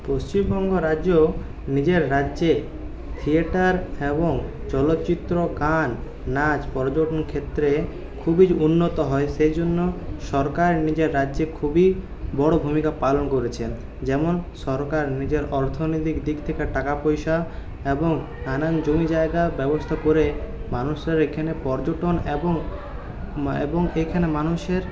পশ্চিমবঙ্গ রাজ্য নিজের রাজ্যে থিয়েটার এবং চলচ্চিত্র গান নাচ পর্যটন ক্ষেত্রে খুবই উন্নত হয় সেই জন্য সরকার নিজের রাজ্যে খুবই বড় ভূমিকা পালন করেছেন যেমন সরকার নিজের অর্থনৈতিক দিক থেকে টাকা পয়সা এবং নানান জমি জায়গার ব্যবস্থা করে মানুষের এখানে পর্যটন এবং এবং এইখানে মানুষের